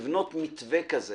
צריך לבנות מתווה כזה